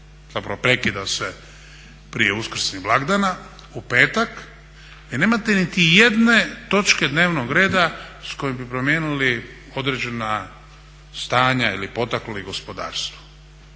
zapravo prekida se prije uskrsnih blagdana u petak vi nemate niti jedne točke dnevnog reda s kojom bi promijenili određena stanja ili potakli gospodarstvo.